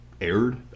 aired